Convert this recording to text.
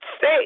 say